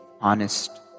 honest